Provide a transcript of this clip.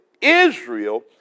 Israel